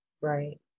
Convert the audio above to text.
Right